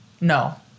No